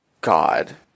God